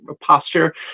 posture